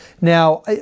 Now